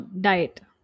diet